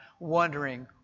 wondering